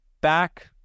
Back